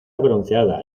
bronceada